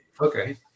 Okay